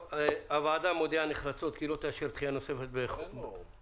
הוועדה מודיעה נחרצות כי לא תאשר דחייה נוספת בחובה